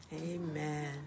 Amen